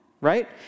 right